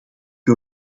wil